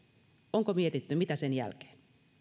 onko mietitty mitä sen jälkeen